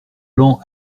lents